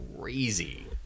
crazy